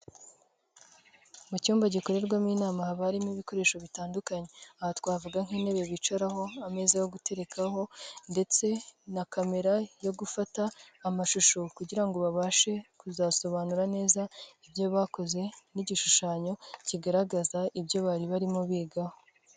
Mu cyumba gikorerwamo inama haba harimo ibikoresho bitandukanye. Aha twavuga nk'intebe bicaraho, ameza yo guterekaho ndetse na kamera yo gufata amashusho kugira ngo babashe kuzasobanura neza ibyo bakoze n'igishushanyo kigaragaza ibyo bari barimo bigaho.